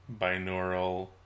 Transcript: binaural